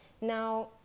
Now